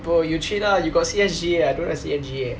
bro you treat lah you got C_S_G eh I don't have C_S_G eh